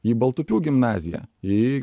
į baltupių gimnaziją į